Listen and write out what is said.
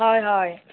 হয় হয়